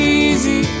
easy